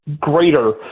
greater